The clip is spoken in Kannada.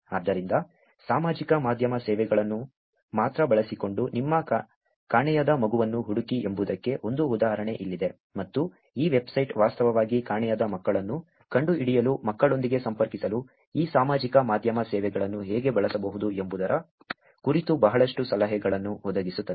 ಆದ್ದರಿಂದ ಸಾಮಾಜಿಕ ಮಾಧ್ಯಮ ಸೇವೆಗಳನ್ನು ಮಾತ್ರ ಬಳಸಿಕೊಂಡು ನಿಮ್ಮ ಕಾಣೆಯಾದ ಮಗುವನ್ನು ಹುಡುಕಿ ಎಂಬುದಕ್ಕೆ ಒಂದು ಉದಾಹರಣೆ ಇಲ್ಲಿದೆ ಮತ್ತು ಈ ವೆಬ್ಸೈಟ್ ವಾಸ್ತವವಾಗಿ ಕಾಣೆಯಾದ ಮಕ್ಕಳನ್ನು ಕಂಡುಹಿಡಿಯಲು ಮಕ್ಕಳೊಂದಿಗೆ ಸಂಪರ್ಕಿಸಲು ಈ ಸಾಮಾಜಿಕ ಮಾಧ್ಯಮ ಸೇವೆಗಳನ್ನು ಹೇಗೆ ಬಳಸಬಹುದು ಎಂಬುದರ ಕುರಿತು ಬಹಳಷ್ಟು ಸಲಹೆಗಳನ್ನು ಒದಗಿಸುತ್ತದೆ